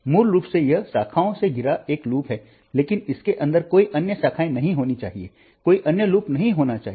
मूल रूप से यह शाखाओं से घिरा एक लूप है लेकिन इसके अंदर कोई अन्य शाखाएं नहीं होनी चाहिए कोई अन्य लूप नहीं होना चाहिए